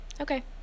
Okay